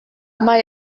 mae